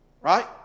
Right